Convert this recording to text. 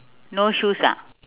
no shoes ah